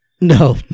No